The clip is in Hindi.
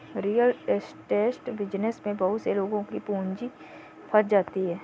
रियल एस्टेट बिजनेस में बहुत से लोगों की पूंजी फंस जाती है